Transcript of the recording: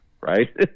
right